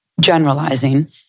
generalizing